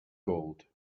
gold